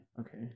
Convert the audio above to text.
Okay